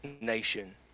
nation